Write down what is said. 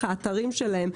דרך האתרים שלהם,